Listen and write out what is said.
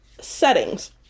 settings